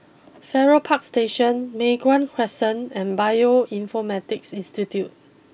Farrer Park Station Mei Hwan Crescent and Bioinformatics Institute